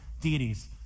deities